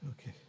Okay